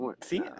See